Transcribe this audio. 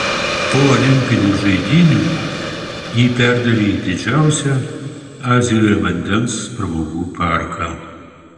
po olimpinių žaidynių jį perdarė į didžiausią azijoje vandens pramogų parką